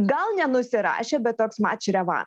gal nenusirašė bet toks mač reva